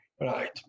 right